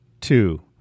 two